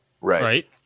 right